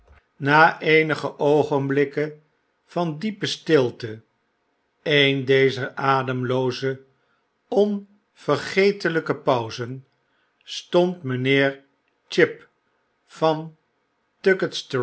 na eenige oogenblikken van diepe stilte een dezer ademlooze onvergetelyke pauzen stond mynheer chib van